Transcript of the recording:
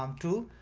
um to,